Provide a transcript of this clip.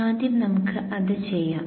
ആദ്യം നമുക്ക് അത് ചെയ്യാം